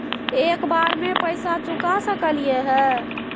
एक बार में पैसा चुका सकालिए है?